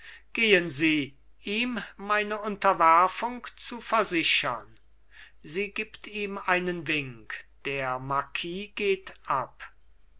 gehen sie ihm meine unterwerfung zu versichern sie gibt ihm einen wink der marquis geht ab